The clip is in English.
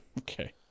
Okay